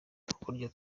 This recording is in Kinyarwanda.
udukoryo